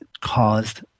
caused